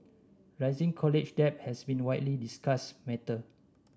rising college debt has been a widely discussed matter